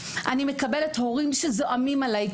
אני מקבלת הורים שזועמים עליי.